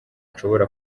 nshobora